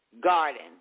Garden